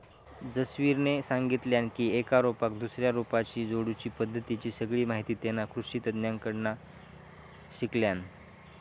जसवीरने सांगितल्यान की एका रोपाक दुसऱ्या रोपाशी जोडुची पद्धतीची सगळी माहिती तेना कृषि तज्ञांकडना शिकल्यान